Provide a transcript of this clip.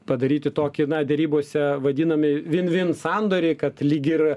padaryti tokį na derybose vadinami vin vin sandorį kad lyg ir